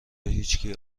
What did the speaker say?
هیچکی